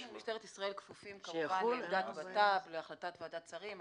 משטרת ישראל כפופה להחלטת בט"פ והחלטת ועדת שרים,